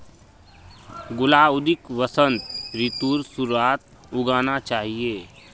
गुलाउदीक वसंत ऋतुर शुरुआत्त उगाना चाहिऐ